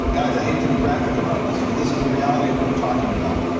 guys i hate to be graphic about this, but this is the reality of what we're talking about,